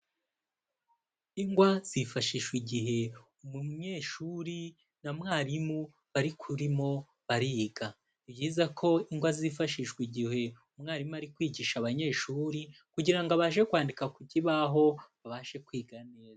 Ingwa zifashishwa igihe umunyeshuri na mwarimu barimo bariga. Ni byiza ko ingwa zifashishwa igihe umwarimu ari kwigisha abanyeshuri, kugirango abashe kwandika ku kibaho babashe kwiga neza.